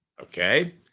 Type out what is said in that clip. Okay